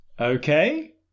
Okay